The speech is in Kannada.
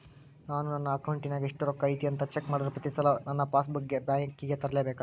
ನಾನು ನನ್ನ ಅಕೌಂಟಿನಾಗ ಎಷ್ಟು ರೊಕ್ಕ ಐತಿ ಅಂತಾ ಚೆಕ್ ಮಾಡಲು ಪ್ರತಿ ಸಲ ನನ್ನ ಪಾಸ್ ಬುಕ್ ಬ್ಯಾಂಕಿಗೆ ತರಲೆಬೇಕಾ?